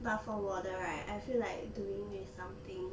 but for 我的 right I feel like doing with something